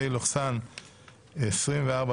פ/3323/24,